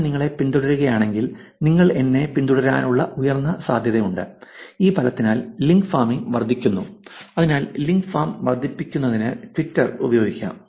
ഞാൻ നിങ്ങളെ പിന്തുടരുകയാണെങ്കിൽ നിങ്ങൾ എന്നെ പിൻതുടരാനുള്ള ഉയർന്ന സാധ്യതയുണ്ട് ഈ ഫലത്തിനാൽ ലിങ്ക് ഫാമിംഗ് വർദ്ധിക്കുന്നു അതിനാൽ ലിങ്ക് ഫാം വർദ്ധിപ്പിക്കുന്നതിന് ട്വിറ്റർ ഉപയോഗിക്കാം